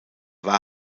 war